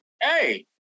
hey